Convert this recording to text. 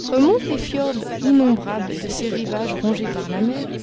remonte les fjrds innombrables de ces rivages rongés par la mer